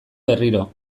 berriro